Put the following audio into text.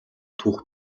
түүх